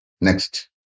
Next